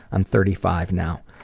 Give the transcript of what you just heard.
i'm thirty five now.